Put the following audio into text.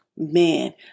Man